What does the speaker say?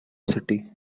city